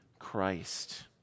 Christ